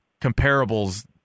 comparables